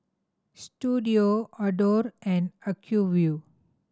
Istudio Adore and Acuvue